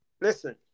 listen